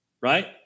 right